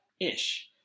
ish